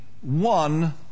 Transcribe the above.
One